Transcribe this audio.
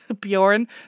bjorn